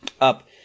up